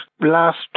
last